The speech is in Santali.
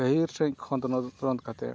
ᱜᱟᱹᱦᱤᱨ ᱥᱟᱹᱦᱤᱡ ᱠᱷᱚᱸᱫᱽᱨᱚᱱ ᱠᱟᱛᱮᱫ